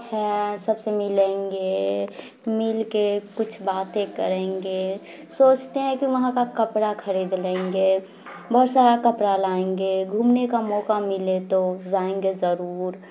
ہیں سب سے ملیں گے مل کے کچھ باتیں کریں گے سوچتے ہیں کہ وہاں کا کپڑا خرید لیں گے بہت سارا کپڑا لائیں گے گھومنے کا موقع ملے تو جائیں گے ضرور